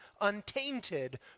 untainted